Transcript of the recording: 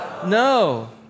No